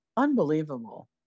Unbelievable